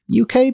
UK